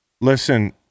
listen